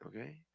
okay